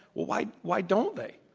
why why don't they?